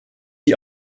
die